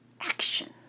action